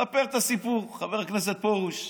אספר את הסיפור, חבר הכנסת פרוש.